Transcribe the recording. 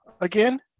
again